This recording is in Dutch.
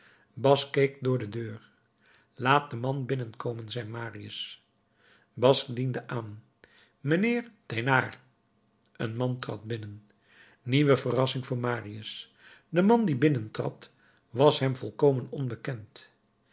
keek door de deur laat den man binnenkomen zei marius basque diende aan mijnheer thénard een man trad binnen nieuwe verrassing voor marius de man die binnentrad was hem volkomen onbekend